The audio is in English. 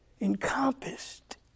encompassed